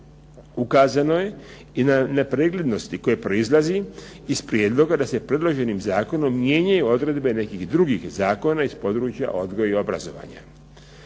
Ukazano je i na preglednosti koja proizlazi iz prijedloga da se predloženim zakonom mijenjaju odredbe nekih drugih zakona iz područja odgoja i obrazovanja.